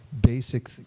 basic